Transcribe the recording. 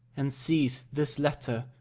and sees this letter,